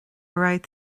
raibh